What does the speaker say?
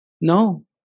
No